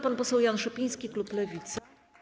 Pan poseł Jan Szopiński, klub Lewica.